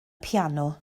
piano